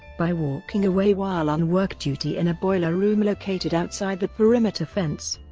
by walking away while on work duty in a boiler room located outside the perimeter fence.